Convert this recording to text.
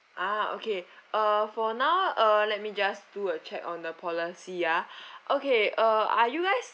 ah okay uh for now uh let me just do a check on the policy ah okay uh are you guys